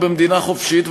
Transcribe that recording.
במדינה חופשית,